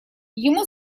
ему